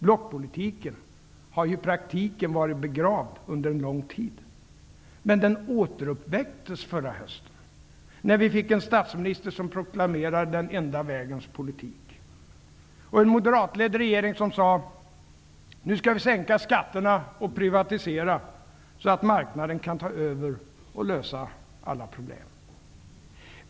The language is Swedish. Blockpolitiken har i praktiken varit begravd under lång tid, men den återuppväcktes förra hösten när vi fick en statsminister som proklamerade den enda vägens politik och en moderatledd regering som sade att nu skall vi sänka skatterna och privatisera så att marknaden kan ta över och lösa alla problem.